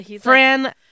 Fran